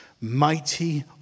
mighty